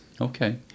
Okay